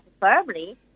firmly